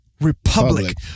republic